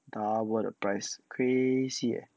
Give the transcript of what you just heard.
cover the price crazy ah